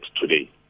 today